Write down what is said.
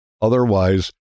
Otherwise